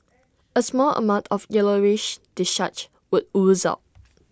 A small amount of yellowish discharge would ooze out